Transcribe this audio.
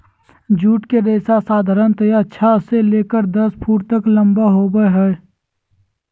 jute के रेशा साधारणतया छह से लेकर दस फुट तक लम्बा होबो हइ